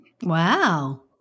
Wow